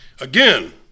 again